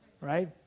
right